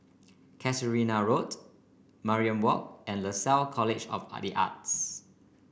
Casuarina Road Mariam Walk and Lasalle College of the Arts